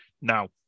Now